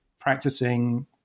practicing